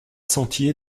sentier